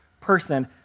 person